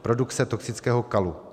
Produkce toxického kalu.